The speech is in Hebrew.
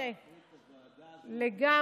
אני מסכים שצריך להפריד את הוועדה הזאת, לגמרי.